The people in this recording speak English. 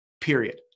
Period